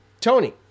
Tony